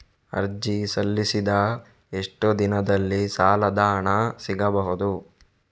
ಅರ್ಜಿ ಸಲ್ಲಿಸಿದ ಎಷ್ಟು ದಿನದಲ್ಲಿ ಸಾಲದ ಹಣ ಸಿಗಬಹುದು?